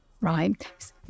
right